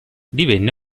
divenne